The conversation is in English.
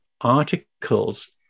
articles